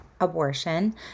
abortion